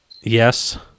Yes